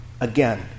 again